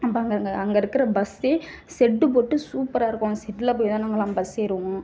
அப்போ அங்கே அங்கே இருக்கிற பஸ்சே செட்டு போட்டு சூப்பராக இருக்கும் அங்கே செட்டில் போய் தான் நாங்கள் பஸ்லாம் ஏறுவோம்